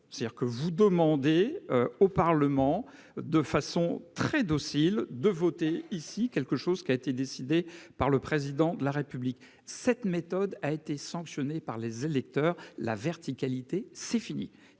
vous demandez au Parlement de voter très docilement une mesure qui a été décidée par le Président de la République. Cette méthode a été sanctionnée par les électeurs. La verticalité, c'est fini !